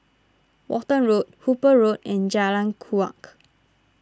Walton Road Hooper Road and Jalan Kuak